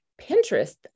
Pinterest